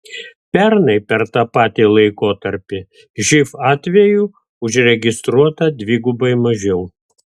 pernai per tą patį laikotarpį živ atvejų užregistruota dvigubai mažiau